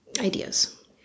ideas